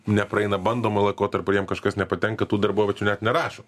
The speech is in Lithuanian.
nepraeina bandomo laikotarpio ar jiems kažkas nepatenka tų darboviečių net nerašo